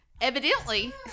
evidently